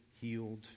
healed